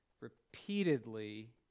repeatedly